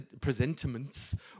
presentiments